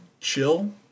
chill